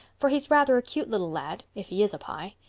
for he's rather a cute little lad, if he is a pye,